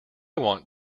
want